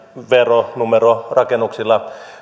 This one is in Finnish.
veronumero rakennuksilla